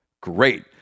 great